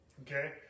Okay